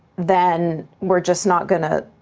then we're just not gonna,